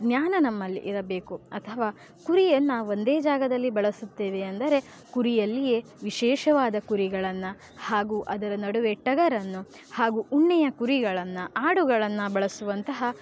ಜ್ಞಾನ ನಮ್ಮಲ್ಲಿ ಇರಬೇಕು ಅಥವಾ ಕುರಿಯನ್ನು ಒಂದೇ ಜಾಗದಲ್ಲಿ ಬಳಸುತ್ತೇವೆ ಎಂದರೆ ಕುರಿಯಲ್ಲಿಯೇ ವಿಶೇಷವಾದ ಕುರಿಗಳನ್ನು ಹಾಗೂ ಅದರ ನಡುವೆ ಟಗರನ್ನು ಹಾಗು ಉಣ್ಣೆಯ ಕುರಿಗಳನ್ನು ಆಡುಗಳನ್ನು ಬಳಸುವಂತಹ